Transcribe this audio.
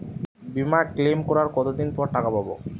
বিমা ক্লেম করার কতদিন পর টাকা পাব?